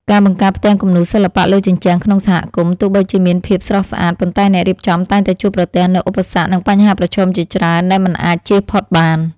ការបង្កើតផ្ទាំងគំនូរសិល្បៈលើជញ្ជាំងក្នុងសហគមន៍ ទោះបីជាមានភាពស្រស់ស្អាត ប៉ុន្តែអ្នករៀបចំតែងតែជួបប្រទះនូវឧបសគ្គ និងបញ្ហាប្រឈមជាច្រើនដែលមិនអាចជៀសផុតបាន។